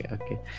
okay